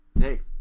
hey